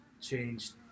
changed